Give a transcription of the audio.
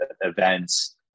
events